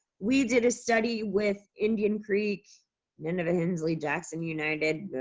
we did a study with indian creek nineveh hensley jackson united.